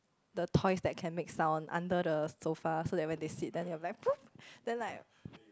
the toys that can make sound under the sofa so that when they sit then they they will like poof then like